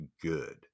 good